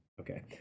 okay